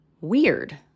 weird